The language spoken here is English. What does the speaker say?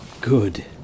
Good